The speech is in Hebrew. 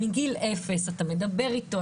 מגיל אפס אתה מדבר איתו,